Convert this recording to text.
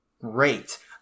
Great